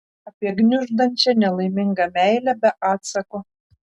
apie gniuždančią nelaimingą meilę be atsako